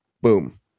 boom